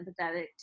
empathetic